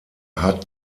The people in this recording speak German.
hat